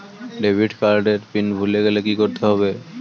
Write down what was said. Debit card এর PIN ভুলে গেলে কি করতে হবে?